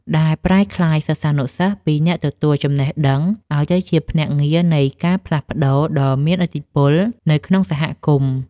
ដែលប្រែក្លាយសិស្សានុសិស្សពីអ្នកទទួលចំណេះដឹង ឱ្យទៅជាភ្នាក់ងារនៃការផ្លាស់ប្តូរដ៏មានឥទ្ធិពលនៅក្នុងសហគមន៍។